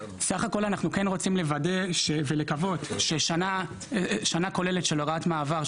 בסך הכול אנחנו כן רוצים לוודא ולקוות ששנה כוללת של הוראת מעבר,